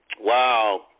Wow